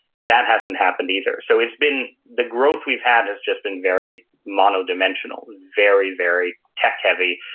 and that hasn't happened either. so it's been, the growth we've had has just been very mono-dimensional very very tech-heavy.